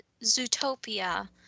Zootopia